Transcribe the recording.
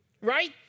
right